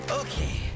Okay